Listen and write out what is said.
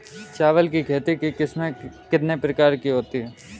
चावल की खेती की किस्में कितने प्रकार की होती हैं?